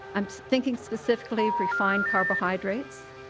i'm thinking specifically of refined carbo hydrates.